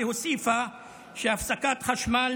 והוסיפה שהפסקת חשמל,